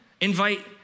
invite